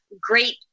great